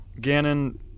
Gannon